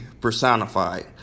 personified